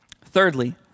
Thirdly